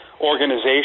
organization